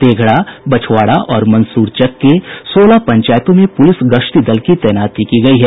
तेघड़ा बछवाड़ा और मंसूरचक के सोलह पंचायतों में पुलिस गश्ती दल की तैनाती की गयी है